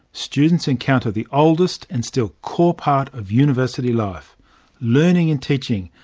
students encounter the oldest and still core part of university life learning and teaching,